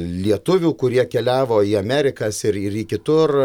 lietuvių kurie keliavo į amerikas ir ir į kitur